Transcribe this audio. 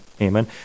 amen